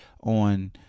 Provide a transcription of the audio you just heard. on